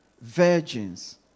virgins